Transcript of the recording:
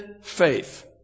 faith